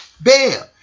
bam